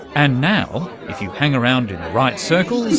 and now, if you hang around in the right circles,